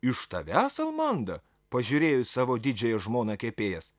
iš tavęs almanda pažiūrėjo į savo didžiąją žmoną kepėjas